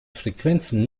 frequenzen